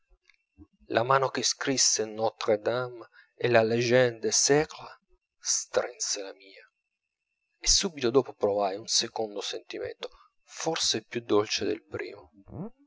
la mano che scrisse notre dame e la légende des siècles strinse la mia e subito dopo provai un secondo sentimento forse più dolce del primo